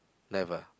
never